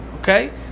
Okay